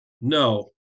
No